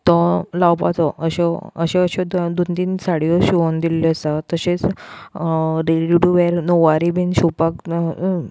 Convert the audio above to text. तो लावपाचो अश्यो अश्यो दोन तीन साडयो शिंंवोन दिल्ल्यो आसा तशेंच रेडी टू वेअर णववारी बीन शिंवपाक